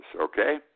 okay